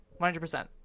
100%